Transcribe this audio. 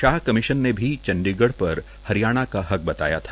Shah commission ने भी चंडीगढ़ पर ह रयाणा का हक बताया था